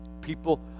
People